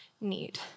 need